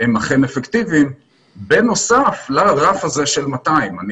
הם אכן אפקטיביים בנוסף לרף הזה של 200. אני